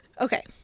Okay